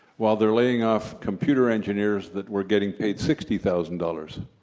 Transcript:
while they're laying off computer engineers that were getting paid sixty thousand dollars.